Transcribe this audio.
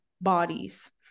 bodies